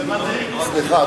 סליחה,